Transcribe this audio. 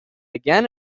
again